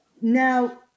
Now